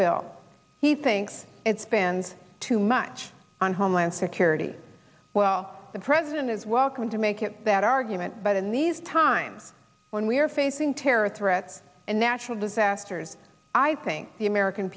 bill he thinks it spends too to much on homeland security well the president is welcome to make it that argument but in these times when we are facing terror threats and natural disasters i think the american